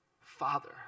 Father